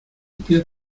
pies